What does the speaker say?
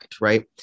Right